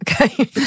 Okay